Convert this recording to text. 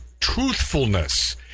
truthfulness